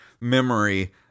memory